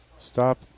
stop